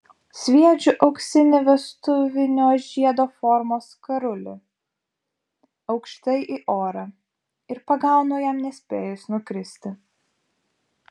sviedžiu auksinį vestuvinio žiedo formos karulį aukštai į orą ir pagaunu jam nespėjus nukristi